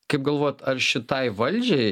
kaip galvojat ar šitai valdžiai